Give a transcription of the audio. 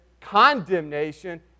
condemnation